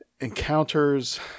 encounters